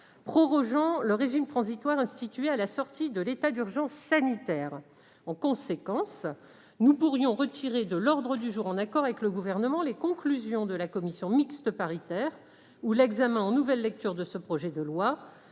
prorogeant le régime transitoire institué à la sortie de l'état d'urgence sanitaire. En conséquence, nous pourrions retirer de l'ordre du jour, en accord avec le Gouvernement, les conclusions de la commission mixte paritaire ou l'examen en nouvelle lecture de ce projet de loi,